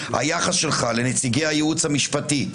היחס שלך לנציגי הייעוץ המשפטי,